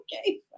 Okay